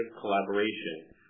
collaboration